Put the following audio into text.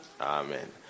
Amen